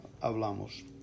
hablamos